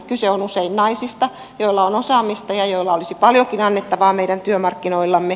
kyse on usein naisista joilla on osaamista ja joilla olisi paljonkin annettavaa meidän työmarkkinoillamme